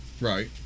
right